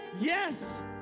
yes